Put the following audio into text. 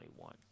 2021